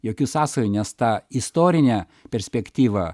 jokių sąsajų nes ta istorinę perspektyva